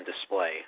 display